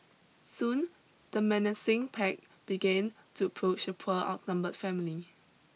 soon the menacing pack began to approach the poor outnumbered family